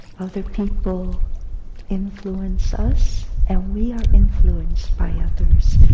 other people influence us and we are influenced by others,